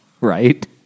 right